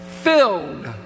filled